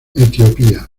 etiopía